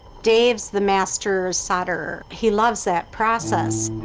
dave's the master solderer. he loves that process.